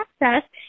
access